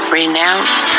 renounce